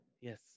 yes